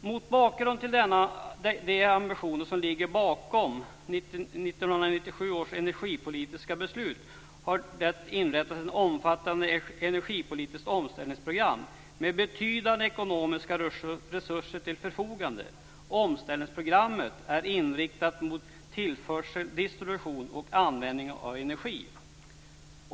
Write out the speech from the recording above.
Mot bakgrund av de ambitioner som ligger bakom 1997 års energipolitiska beslut har det inrättats ett omfattande energipolitiskt omställningsprogram med betydande ekonomiska resurser till förfogande. Omställningsprogrammet är inriktat mot tillförsel, distribution och användning av energi.